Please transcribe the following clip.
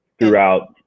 throughout